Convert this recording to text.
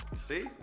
See